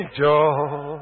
joy